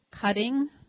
cutting